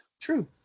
true